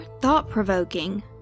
thought-provoking